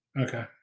Okay